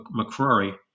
McCrory